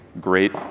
great